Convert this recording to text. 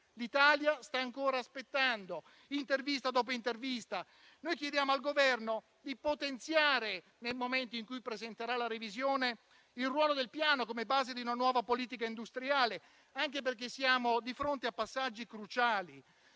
l'Italia sta ancora aspettando, intervista dopo intervista. Noi chiediamo al Governo di potenziare, nel momento in cui presenterà la revisione, il ruolo del Piano come base di una nuova politica industriale, anche perché siamo di fronte a passaggi cruciali: